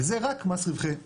וזה רק מס רווחי יתר,